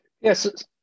Yes